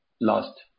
last